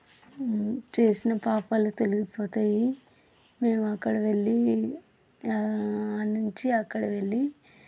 చేసిన పాపాలు తొలిగిపోతాయి మేమక్కడ వెళ్ళీ అక్కడ నుంచి అక్కడ వెళ్ళి